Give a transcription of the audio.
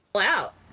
out